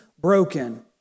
broken